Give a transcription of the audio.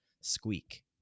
Squeak